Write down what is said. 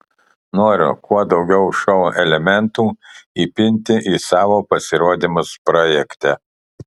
noriu kuo daugiau šou elementų įpinti į savo pasirodymus projekte